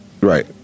Right